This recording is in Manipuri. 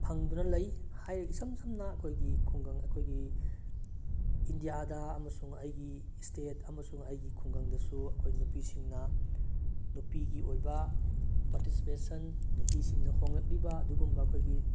ꯐꯪꯗꯨꯅ ꯂꯩ ꯏꯁꯝ ꯁꯝꯅ ꯑꯩꯈꯣꯏꯒꯤ ꯈꯨꯡꯒꯪ ꯑꯩꯈꯣꯏꯒꯤ ꯏꯟꯗꯤꯌꯥꯗ ꯑꯃꯁꯨꯡ ꯑꯩꯒꯤ ꯁ꯭ꯇꯦꯠ ꯑꯃꯁꯨꯡ ꯑꯩꯒꯤ ꯍꯨꯡꯒꯪꯗꯁꯨ ꯑꯩꯈꯣꯏ ꯅꯨꯄꯤꯁꯤꯡꯅ ꯅꯨꯄꯤꯒꯤ ꯑꯣꯏꯕ ꯄꯥꯔꯇꯤꯁꯤꯄꯦꯁꯟ ꯅꯨꯄꯤꯁꯤꯡꯅ ꯍꯣꯡꯂꯛꯂꯤꯕ ꯑꯗꯨꯒꯨꯝꯕ ꯑꯩꯈꯣꯏꯒꯤ